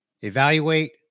evaluate